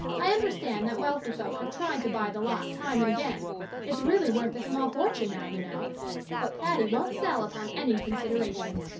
i understand that wealthy folk have tried to buy the lot time and again it's really worth a small fortune now, you know but patty won't sell upon any consideration.